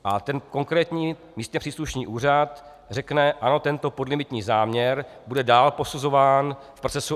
A konkrétní místně příslušný úřad řekne ano, tento podlimitní záměr bude dál posuzován v procesu EIA.